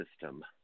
system